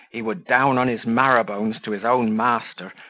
he would down on his marrow-bones to his own master,